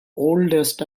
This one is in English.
oldest